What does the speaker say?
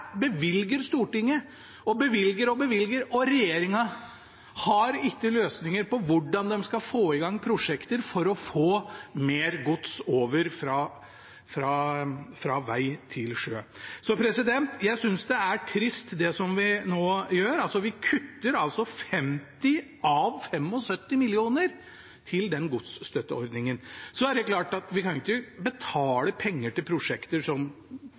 bevilger og bevilger Stortinget, men regjeringen har ikke løsninger på hvordan de skal få i gang prosjekter for å få mer gods over fra veg til sjø. Jeg synes det er trist det vi nå gjør. Vi kutter altså 50 mill. kr av 75 mill. kr til godsstøtteordningen. Så er det klart at vi kan ikke betale penger til prosjekter bare for å betale – det er det ingen som